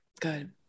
Good